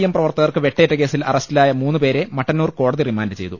M പ്രവർത്തകർക്ക് വെട്ടേറ്റ കേസിൽ അറസ്റ്റിലായ മൂന്നുപേരെ മട്ടന്നൂർ കോടതി റിമാന്റ് ചെയ്തു